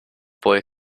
boy